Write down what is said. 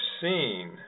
seen